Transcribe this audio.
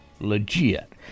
legit